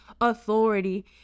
authority